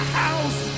house